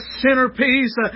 centerpiece